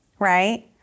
Right